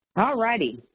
alrighty.